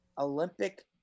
olympic